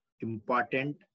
important